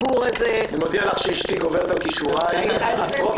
אני מודיע לך שאשתי גוברת עליי בכישוריה עשרות מונים.